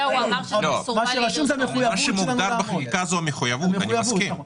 לא, מה שמוגדר בחקיקה זו המחויבות, אני מסכים.